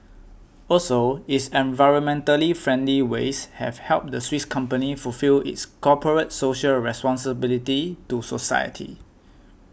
also its environmentally friendly ways have helped the Swiss company fulfil its corporate social responsibility to society